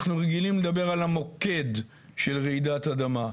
אנחנו רגילים לדבר על המוקד של רעידת האדמה,